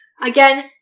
again